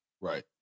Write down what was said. right